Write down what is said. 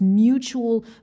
mutual